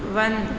बंद